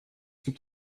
gibt